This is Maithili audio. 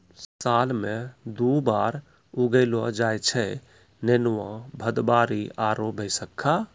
साल मॅ दु बार उगैलो जाय छै नेनुआ, भदबारी आरो बैसक्खा